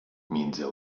między